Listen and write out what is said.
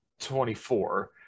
24